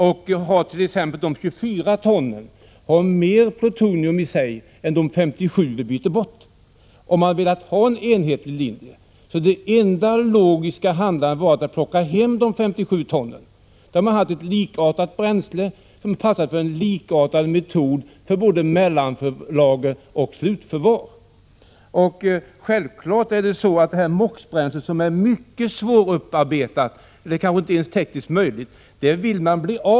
De 24 ton använt MOX-bränsle som vi får hit innehåller mer plutonium än de 57 ton använt kärnbränsle som vi byter bort. Det enda logiska hade varit att ta hem dessa 57 ton. Då hade vi haft ett likartat bränsle som passat för en likartad metod för både mellanoch slutförvaring. Självfallet vill Västtyskland bli av med detta MOX-bränsle, som det är mycket svårt eller kanske inte tekniskt möjligt att upparbeta.